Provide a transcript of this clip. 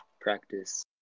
practice